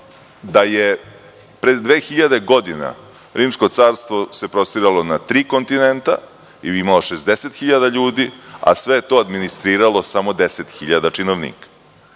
da se pre dve hiljade godina Rimsko carstvo prostiralo na tri kontinenta, imalo 60.000 ljudi, a sve to je administriralo 10.000 činovnika.